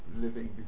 living